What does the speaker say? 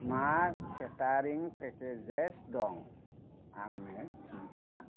मा केटारिं पेकेजेज दं आंनो खिन्था